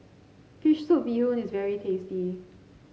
fish soup Bee Hoon is very tasty